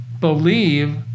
believe